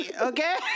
okay